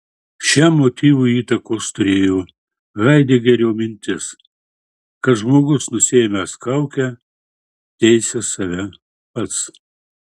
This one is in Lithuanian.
šiam motyvui įtakos turėjo haidegerio mintis kad žmogus nusiėmęs kaukę teisia save pats